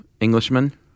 Englishman